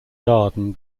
garden